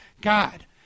God